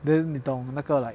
then 你懂那个 like